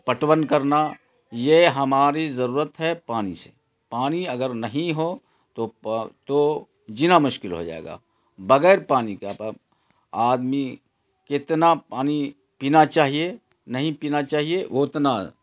پٹون کرنا یہ ہماری ضرورت ہے پانی سے پانی اگر نہیں ہو تو تو جینا مشکل ہو جائے گا بغیر پانی کا آدمی کتنا پانی پینا چاہیے نہیں پینا چاہیے وہ اتنا